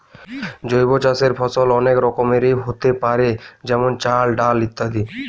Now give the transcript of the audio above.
জৈব চাষের ফসল অনেক রকমেরই হোতে পারে যেমন চাল, ডাল ইত্যাদি